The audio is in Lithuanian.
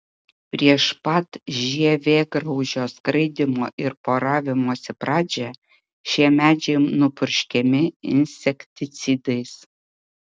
prieš pat žievėgraužio skraidymo ir poravimosi pradžią šie medžiai nupurškiami insekticidais